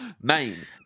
Main